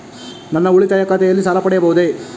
ನನ್ನ ಉಳಿತಾಯ ಖಾತೆಯಲ್ಲಿ ಸಾಲ ಪಡೆಯಬಹುದೇ?